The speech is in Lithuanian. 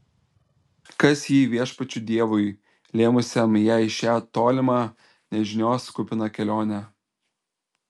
kas ji viešpačiui dievui lėmusiam jai šią tolimą nežinios kupiną kelionę